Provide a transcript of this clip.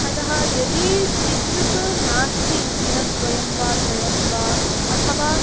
अतः यदि विद्युत् नास्ति दिनद्वयं वा त्रयं वा अथवा